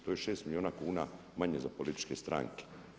To je 6 milijuna kuna manje za političke stranke.